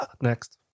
next